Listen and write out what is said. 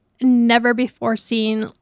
never-before-seen